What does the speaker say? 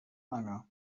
anger